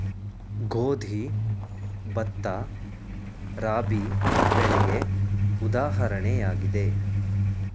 ಗೋಧಿ, ಭತ್ತ, ರಾಬಿ ಬೆಳೆಗೆ ಉದಾಹರಣೆಯಾಗಿದೆ